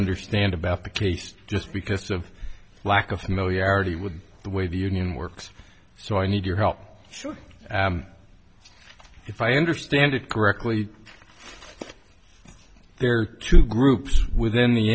understand about the case just because of lack of familiarity with the way the union works so i need your help sure if i understand it correctly there are two groups within the